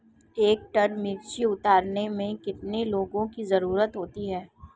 एक टन मिर्ची उतारने में कितने लोगों की ज़रुरत होती है?